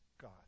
God